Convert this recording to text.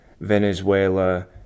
Venezuela